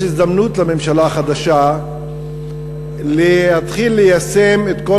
יש הזדמנות לממשלה החדשה להתחיל ליישם את כל